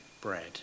bread